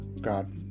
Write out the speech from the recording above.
God